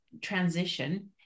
transition